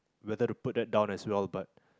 whether to put that down as well but